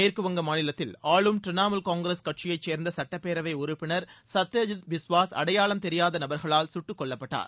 மேற்குவங்க மாநிலத்தில் ஆளும் திரிணமுல் காங்கிரஸ் கட்சியைச் சேர்ந்த சுட்டப்பேரவை உறுப்பினர் சத்யஜித் பிஸ்வாஸ் அடையாளம் தெரியாத நபர்களால் சுட்டுக்கொல்லப்பட்டார்